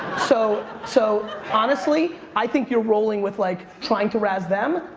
so so honestly, i think you're rolling with like, trying to razz them.